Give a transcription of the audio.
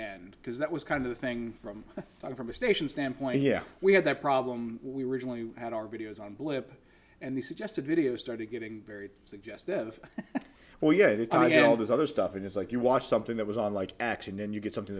end because that was kind of the thing from them from a station standpoint yeah we had that problem we were when you had our videos on blip and they suggested video started getting very suggestive well yeah i mean all this other stuff and it's like you watch something that was on like action and you get something